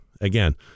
Again